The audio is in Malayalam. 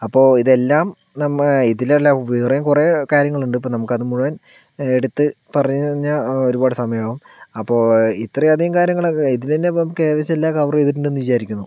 അപ്പോൾ ഇതെല്ലാം നമ് ഇതിലല്ല വേറെയും കുറെ കാര്യങ്ങളുണ്ട് ഇപ്പം നമ്മുക്ക് അത് മുഴുവൻ എടുത്ത് പറഞ്ഞ് കഴിഞ്ഞാൽ ഒരുപാട് സമയമാവും അപ്പോൾ ഇത്രയധികം കാര്യങ്ങളൊക്കെ ഇതിലന്നെ ഇപ്പോൾ ഏകദേശം എല്ലാം കവറെയ്തിട്ടുണ്ട് എന്ന് വിചാരിക്കുന്നു